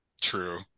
True